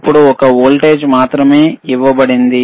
ఇప్పుడు ఒక వోల్టేజ్ మాత్రమే ఇవ్వబడింది